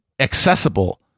Accessible